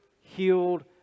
healed